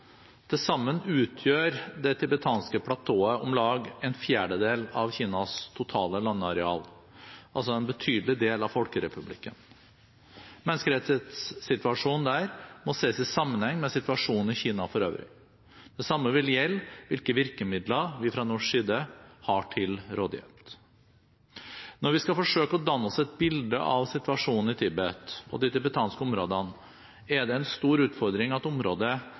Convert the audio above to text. Til sammen utgjør det tibetanske platået om lag en fjerdedel av Kinas totale landareal, altså en betydelig del av folkerepublikken. Menneskerettighetssituasjonen der må ses i sammenheng med situasjonen i Kina for øvrig. Det samme vil gjelde hvilke virkemidler vi fra norsk side har til rådighet. Når vi skal forsøke å danne oss et bilde av situasjonen i Tibet og de tibetanske områdene, er det en stor utfordring at området,